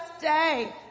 day